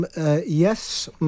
Yes